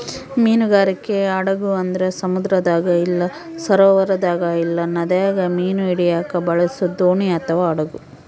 ಮೀನುಗಾರಿಕೆ ಹಡಗು ಅಂದ್ರ ಸಮುದ್ರದಾಗ ಇಲ್ಲ ಸರೋವರದಾಗ ಇಲ್ಲ ನದಿಗ ಮೀನು ಹಿಡಿಯಕ ಬಳಸೊ ದೋಣಿ ಅಥವಾ ಹಡಗು